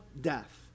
death